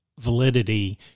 validity